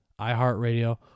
iHeartRadio